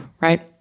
right